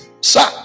Sir